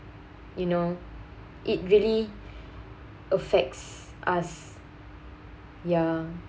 you know it really affects us ya